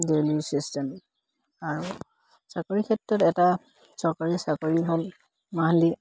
daily system আৰু চাকৰিৰ ক্ষেত্ৰত এটা চৰকাৰী চাকৰি হ'ল মাহিলি